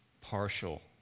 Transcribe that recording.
partial